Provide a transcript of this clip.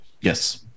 Yes